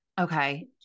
Okay